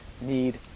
need